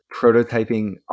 prototyping